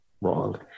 Wrong